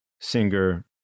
singer